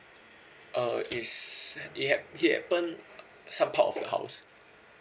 uh is it hap~ it happened some part of the house